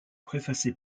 préfacé